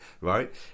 right